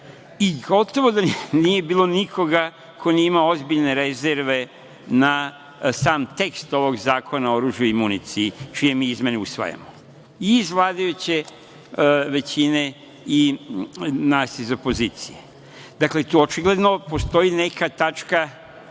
i gotovo da nije bilo nikoga ko nije imao ozbiljne rezerve na sam tekst ovog Zakona o oružju i municiji čije mi izmene usvajamo, i iz vladajuće većine i nas iz opozicije. Dakle, očigledno postoji neka tačka